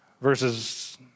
verses